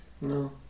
No